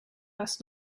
best